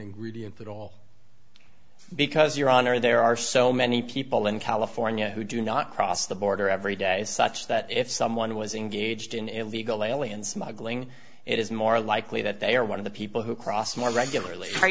ingredient that all because your honor there are so many people in california who do not cross the border every day such that if someone was engaged in illegal alien smuggling it is more likely that they are one of the people who crossed more regularly